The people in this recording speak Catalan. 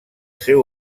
seu